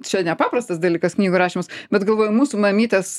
čia nepaprastas dalykas knygų rašymas bet galvoju mūsų mamytės